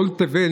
כל תבל,